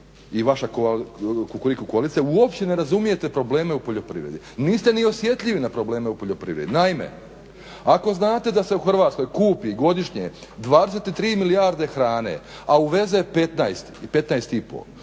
i vaša Kukuriku koalicija uopće ne razumijete probleme u poljoprivredi. Niste ni osjetljivi na probleme u poljoprivredi. Naime ako znate da se u Hrvatskoj kupi godišnje 23 milijarde hrane a uveze 15,5